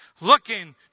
Looking